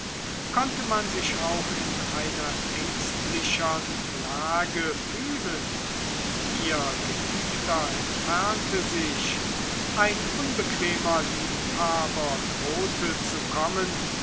konnte man sich auch in einer ängstlichern lage fühlen ihr geliebter entfernte sich ein unbequemer liebhaber drohte zu kommen